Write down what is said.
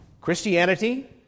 Christianity